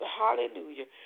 hallelujah